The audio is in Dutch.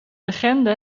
legende